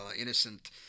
innocent